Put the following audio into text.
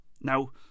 Now